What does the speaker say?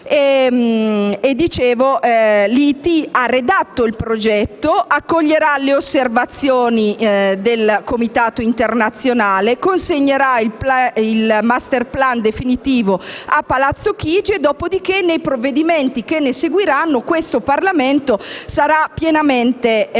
tecnologico ha redatto il progetto, accoglierà le osservazioni del comitato internazionale e consegnerà il *masterplan* definitivo a Palazzo Chigi; dopodiché, nei provvedimenti che seguiranno, questo Parlamento sarà pienamente coinvolto.